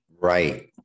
right